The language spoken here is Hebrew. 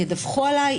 הבנקים ידווחו עליי,